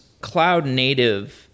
cloud-native